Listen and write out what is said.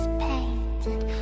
painted